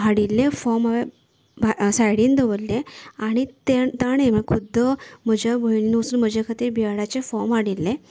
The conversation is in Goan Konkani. हाडिल्ले फॉर्म हांवेन सायडीन दवरलें आनी तांणें म्हळ्यार खुद्द म्हज्या भयणीन वचून म्हज्या खातीर बी एडाचे फॉर्म हाडिल्लें